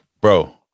bro